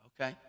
okay